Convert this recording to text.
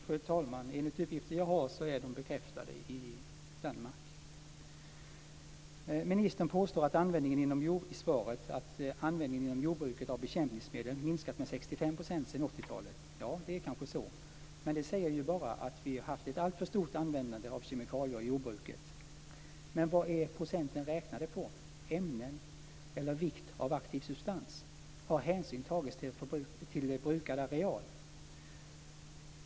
Fru talman! Enligt de uppgifter jag har är de uppgifterna bekräftade i Danmark. Ministern påstår i svaret att användningen i jordbruket av bekämpningsmedel minskat med 65 % sedan 80-talet. Det är kanske så. Det säger bara att vi har haft ett alltför stort användande av kemikalier i jordbruket. Men vad är procenten räknade på, ämnen eller vikt av aktiv substans? Har hänsyn tagits till brukad areal?